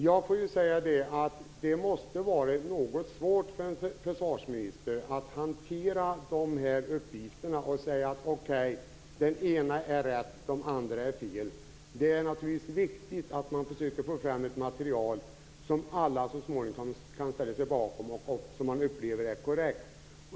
Jag måste säga att det måste ha varit svårt för en försvarsminister att hantera de här uppgifterna och säga att den ena var rätt och den andra fel. Det är naturligtvis viktigt att försöka få fram ett material som alla så småningom kan ställa sig bakom och uppleva som korrekt.